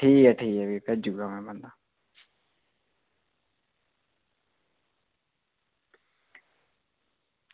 ठीक ऐ ठीक ऐ जी भेजी ओड़ेओ हून बंदा